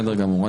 בסדר גמור.